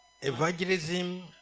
evangelism